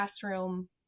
classroom